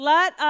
Let